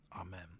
Amen